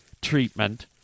treatment